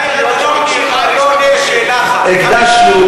שאלה אחת: מה הם,